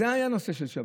זה היה הנושא של שבת.